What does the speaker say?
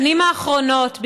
בשנים האחרונות,